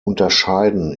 unterscheiden